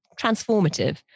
transformative